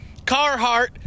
Carhartt